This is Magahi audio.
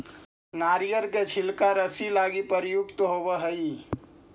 नरियर के छिलका रस्सि लगी प्रयुक्त होवऽ हई